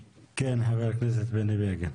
ממנו.